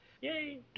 Yay